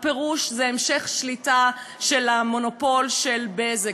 הפירוש זה המשך שליטה של המונופול של "בזק".